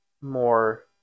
more